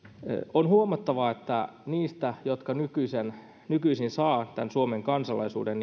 on huomattava että niistä jotka nykyisin saavat tämän suomen kansalaisuuden